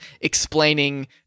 explaining